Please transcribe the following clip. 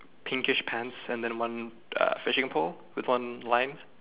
pinkish pants and then one uh fishing pole with one line